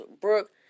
Brooke